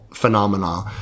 phenomena